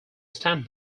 stand